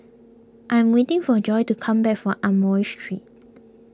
I'm waiting for Joy to come back from Amoy Street